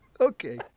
Okay